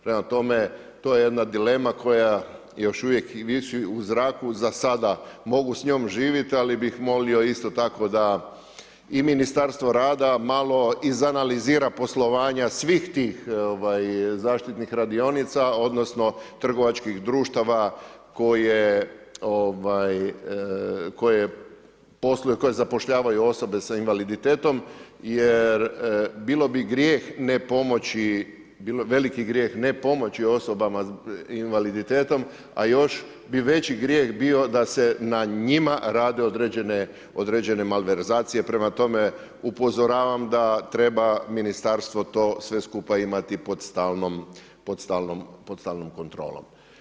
Prema tome, to je jedna dilema koja još uvijek i visi u zraku, za sada mogu s njom živjeti, ali bih molio isto tako, da i Ministarstvo rada malo, izanalizira poslovanja svih tih zaštitnih radionica, odnosno, trgovačkih društava koje ovaj, posluje, koje zapošljavaju osobe s invaliditetom, jer bilo bi grijeh ne pomoći, veliki grijeh ne pomoći osobama s invaliditetom a još bi veći grijeh bi da se na njima rade određene malverzacije, prema tome upozoravam da treba ministarstvo to sve skupa pod stalnom kontrolom.